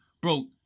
bro